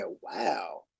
wow